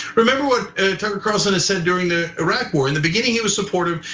remember what tucker carlson said during the iraq war? in the beginning, he was supportive.